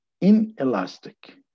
inelastic